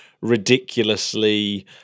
ridiculously